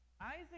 Isaac